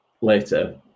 later